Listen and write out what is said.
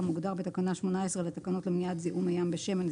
כמוגדר בתקנה 18 לתקנות למניעת זיהום מי ים בשמן,